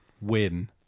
win